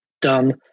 done